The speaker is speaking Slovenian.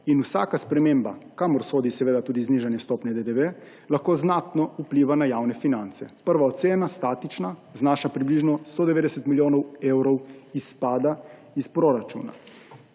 in vsaka sprememba, kamor sodi seveda tudi znižanje stopnje DDV, lahko znatno vpliva na javne finance. Prva statična ocena znaša približno 190 milijonov evrov izpada iz proračuna.